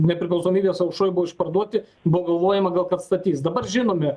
nepriklausomybės aušroj buvo išparduoti buvo galvojama gal kad statys dabar žinome